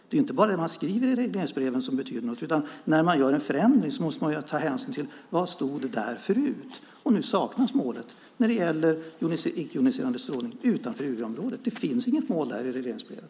Det är inte bara när man skriver regleringsbreven som det betyder något, utan när man gör en förändring måste man ta hänsyn till vad som stod där förut. Nu saknas målet när det gäller icke-joniserande strålning utanför EU-området. Det finns inget mål i regleringsbrevet.